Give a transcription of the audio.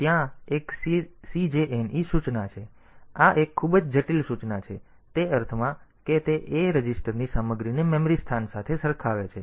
પછી ત્યાં એક CJNE સૂચના છે અને આ એક ખૂબ જ જટિલ સૂચના છે તે અર્થમાં કે તે A રજિસ્ટરની સામગ્રીને મેમરી સ્થાન સાથે સરખાવે છે